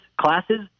classes